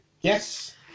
yes